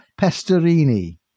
Pesterini